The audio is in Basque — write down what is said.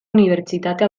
unibertsitate